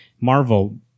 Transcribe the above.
Marvel